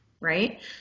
right